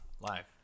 live